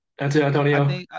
Antonio